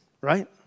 right